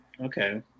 Okay